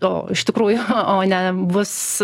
iš tikrųjų o ne bus